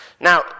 Now